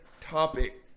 topic